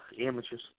amateurs